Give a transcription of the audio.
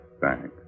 Thanks